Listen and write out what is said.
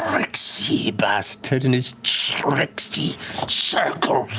tricksy bastard and his tricksy circle!